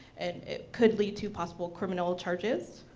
and it could lead to possible criminal charges.